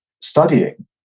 studying